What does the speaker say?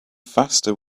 faster